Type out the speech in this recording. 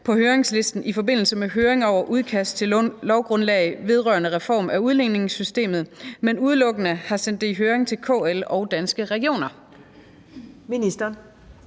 på høringslisten i forbindelse med høring over udkast til lovgrundlag vedrørende reform af udligningssystemet, men udelukkende har sendt det i høring til KL og Danske Regioner? Første